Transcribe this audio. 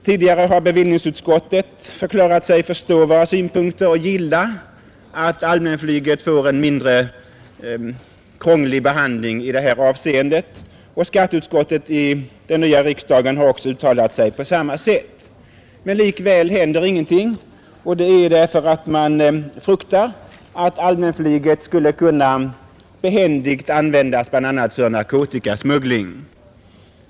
Tidigare har bevillningsutskottet förklarat sig förstå våra synpunkter och gilla att allmänflyget får en mindre krånglig behandling i detta avseende, och skatteutskottet i den nya riksdagen har uttalat sig på samma sätt. Likväl händer ingenting, och anledningen till det är att man fruktar att allmänflyget behändigt skulle kunna användas bl.a. för narkotikasmuggling.